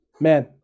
Man